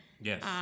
Yes